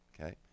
Okay